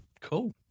Cool